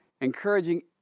encouraging